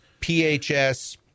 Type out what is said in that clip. PHS